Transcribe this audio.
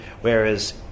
Whereas